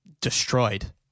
destroyed